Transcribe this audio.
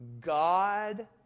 God